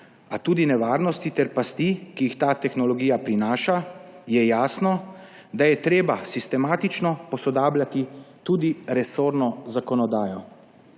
a tudi nevarnosti in pasti, ki jih ta tehnologija prinaša, je jasno, da je treba sistematično posodabljati tudi resorno zakonodajo.